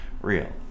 real